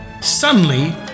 Suddenly